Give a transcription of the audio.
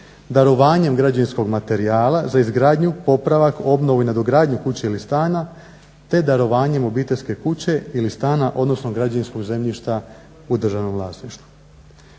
darovanjem građevinskog materijala za izgradnju, popravak, obnovu i nadogradnju kuće ili stana, te darovanjem obiteljske kuće ili stana, odnosno građevinskog zemljišta u državnom vlasništvu.